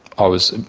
i was